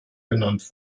genannt